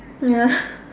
ya